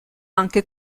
anche